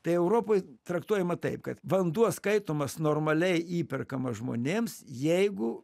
tai europoj traktuojama taip kad vanduo skaitomas normaliai įperkamas žmonėms jeigu